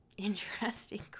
Interesting